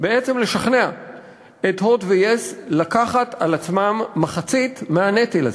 בעצם לשכנע את "הוט" ו-yes לקחת על עצמן מחצית מהנטל הזה.